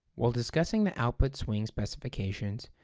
while discussing the output swing specifications,